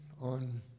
on